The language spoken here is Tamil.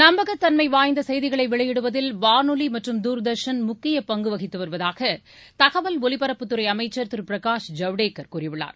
நம்பகத்தன்மை வாய்ந்த செய்திகளை வெளியிடுவதில் வானொலி மற்றும் தூர்தர்ஷன் முக்கிய பங்கு வகித்து வருவதாக தகவல் ஒலிபரப்புத்துறை அமைச்சர் திரு பிரகாஷ் ஜவடேகர் கூறியுள்ளார்